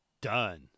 done